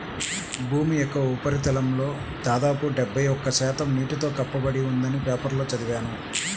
భూమి యొక్క ఉపరితలంలో దాదాపు డెబ్బై ఒక్క శాతం నీటితో కప్పబడి ఉందని పేపర్లో చదివాను